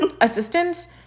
assistance